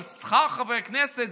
על שכר חברי הכנסת,